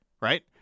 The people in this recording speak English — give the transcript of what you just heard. right